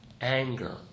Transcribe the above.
Anger